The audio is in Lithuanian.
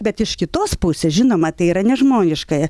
bet iš kitos pusės žinoma tai yra nežmoniškai